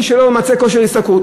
מי שלא ממצה כושר השתכרות.